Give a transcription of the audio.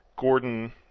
Gordon